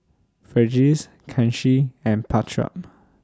Verghese Kanshi and Pratap